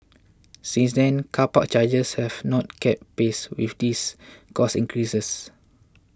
since then car park charges have not kept pace with these cost increases